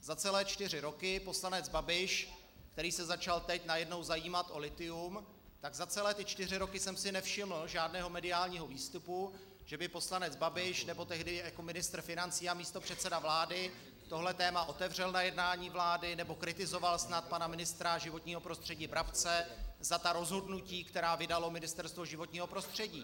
Za celé čtyři roky poslanec Babiš, který se začal teď najednou zajímat o lithium, tak za celé čtyři roky jsem si nevšiml žádného mediálního výstupu, že by poslanec Babiš, nebo tehdy jako ministr financí a místopředseda vlády, tohle téma otevřel na jednání vlády nebo kritizoval snad pana ministra životního prostředí Brabce za ta rozhodnutí, která vydalo Ministerstvo životního prostředí.